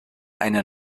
eine